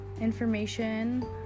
information